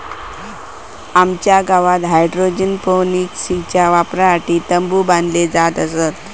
आमच्या गावात हायड्रोपोनिक्सच्या वापरासाठी तंबु बांधले जात असत